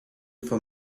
for